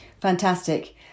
Fantastic